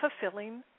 fulfilling